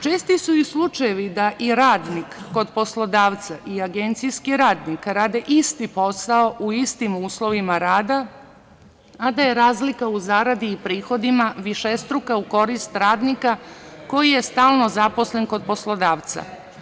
Česti su i slučajevi da i radnik kod poslodavca i agencijski rade isti posao u istim uslovima rada, a da je razlika u zaradi i prihodima višestruka u korist radnika koji je stalno zaposlen kod poslodavca.